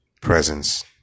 Presence